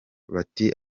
bati